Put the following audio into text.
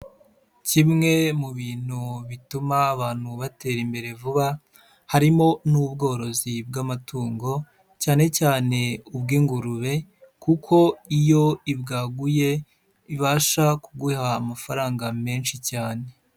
Kimwe mu bintu bituma abantu batera imbere vuba, harimo n'ubworozi bw'amatungo, cyane cyane ubw'ingurube, kuko iyo ibwaguye, ibasha kuguha amafaranga menshi cyane.